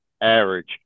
average